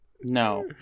No